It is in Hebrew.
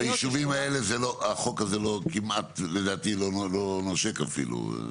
אבל ביישובים האלה החוק הזה כמעט לדעתי לא נושק אפילו.